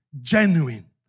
Genuine